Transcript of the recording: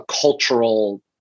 cultural